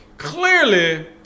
Clearly